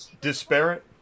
Disparate